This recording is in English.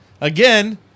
Again